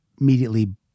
immediately